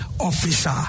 Officer